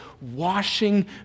washing